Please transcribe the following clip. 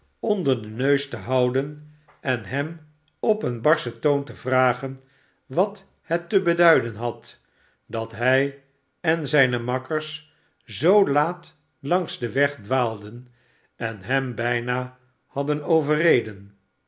onder den neus te houden en hem op een barschen toon te vragen wat het te beduiden had dat hij en zijne makkers zoo laat langs den weg dwaalden en hem bijna hadden overreden